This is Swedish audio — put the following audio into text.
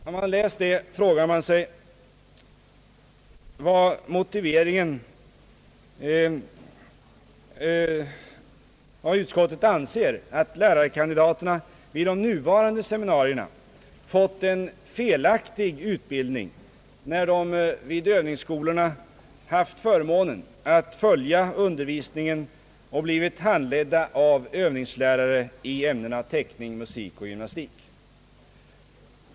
Efter att ha läst det frågar man sig om utskottet anser, att lärarkandidaterna vid de nuvarande seminarierna fått en felaktig utbildning, när de vid övningsskolorna haft förmånen att följa undervisningen och blivit handledda av övningslärare i ämnena teckning, musik och gymnastik?